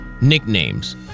nicknames